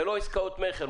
אלה לא עסקאות מכר.